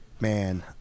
Man